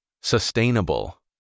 Sustainable